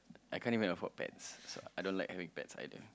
I can't even afford pets so I don't like having pets either